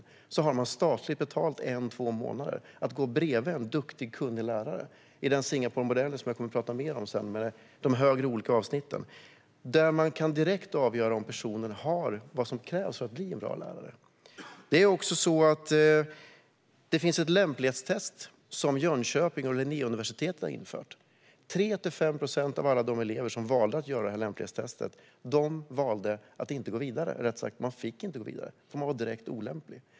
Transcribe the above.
Staten betalar under en eller två månader för att man ska kunna gå bredvid en duktig och kunnig lärare i denna Singaporemodell, som jag kommer att tala mer om senare. Där kan man direkt avgöra om en person har vad som krävs för att bli en bra lärare. Jönköpings universitet och Linnéuniversitetet har infört ett lämplighetstest. 3-5 procent av alla elever som valde att göra lämplighetstestet fick inte gå vidare för att de var direkt olämpliga.